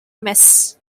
mess